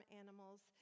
animals